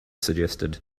suggested